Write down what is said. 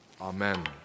Amen